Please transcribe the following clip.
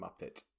Muppet